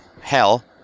hell